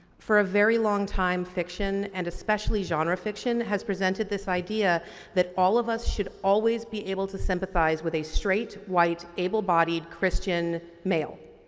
for a very long-time fiction and especially genre fiction has presented this idea that all of us should always be able to sympathize with a straight, white, able-bodied christian male